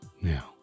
Now